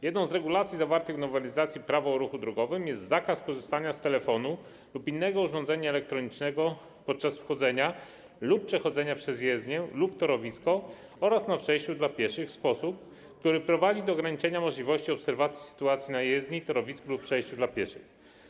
Jedną z regulacji zawartych w nowelizacji ustawy - Prawo o ruchu drogowym jest zakaz korzystania z telefonu lub innego urządzenia elektronicznego podczas wchodzenia na jezdnię lub torowisko lub przechodzenia przez nie oraz na przejściu dla pieszych w sposób, który prowadzi do ograniczenia możliwości obserwacji sytuacji na jezdni, torowisku lub przejściu dla pieszych.